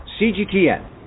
CGTN